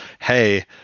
hey